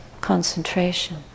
concentration